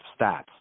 stats